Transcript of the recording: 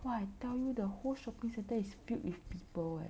!wah! I tell you the whole shopping centre is filled with people eh